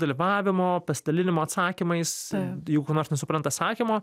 dalyvavimo pasidalinimo atsakymais jeigu ko nors nesupranta sakymo